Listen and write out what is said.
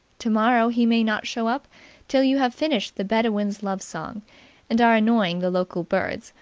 tomorrow he may not show up till you have finished the bedouin's love song and are annoying the local birds,